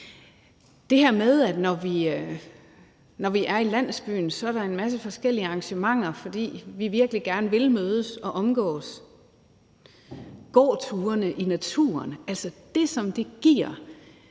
det her med, at når vi er i landsbyen, er der en masse forskellige arrangementer, fordi vi virkelig gerne vil mødes og omgås. Gåturene i naturen, det, som det giver